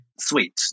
Sweet